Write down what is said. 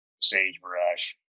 sagebrush